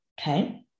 Okay